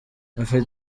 ati